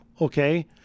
Okay